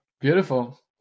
Beautiful